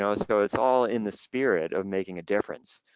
so so it's all in the spirit of making a difference.